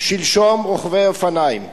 שלשום רוכבי אופניים.